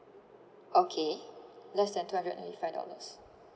okay less than two hundred ninety five dollars